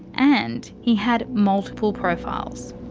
and he had multiple profiles.